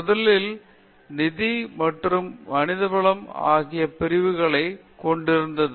முதலில் நிதி மற்றும் மனித வளம் ஆகிய பிரிவுகளை கொண்டிருந்தது